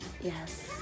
yes